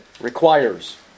Requires